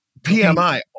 PMI